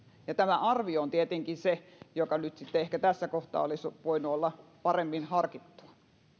tämä arvio on tietenkin se mikä nyt sitten ehkä tässä kohtaa olisi voinut olla paremmin harkittua